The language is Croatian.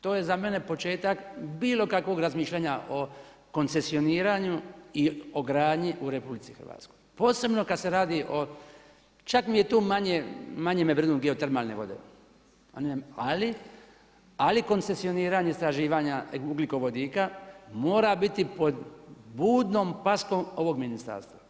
To je za mene početak bilo kakvog razmišljanja o koncesioniranju i o gradnji u RH, posebno kada se radi o, čak mi je tu manje, manje me brinu geotermalne vode, ali koncesioniranje istraživanje ugljikovodika mora biti pod budnom paskom ovog ministarstva.